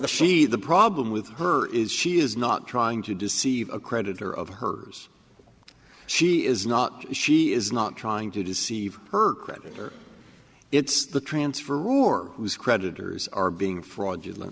she the problem with her is she is not trying to deceive a creditor of hers she is not she is not trying to deceive her creditor it's the transfer or was creditors are being fraudulent